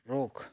ᱨᱳᱜᱽ